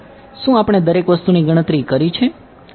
શું આપણે દરેક વસ્તુની ગણતરી કરી છે